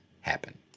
happen